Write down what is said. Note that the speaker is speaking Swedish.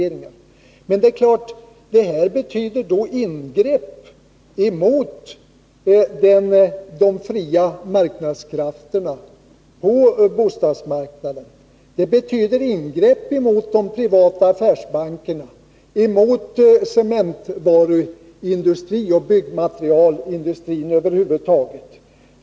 Det betyder naturligtvis ingrepp mot de fria marknadskrafterna på bostadsmarknaden. Det betyder ingrepp mot de privata affärsbankerna, mot cementvaruindustrin och byggnadsmaterialindustrin över huvud taget.